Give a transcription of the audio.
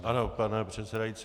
Ano, pane předsedající.